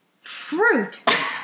Fruit